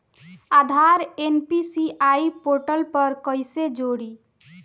आधार NPCI portal पर कईसे जोड़ी?